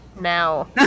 now